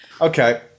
Okay